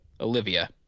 Olivia